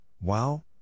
wow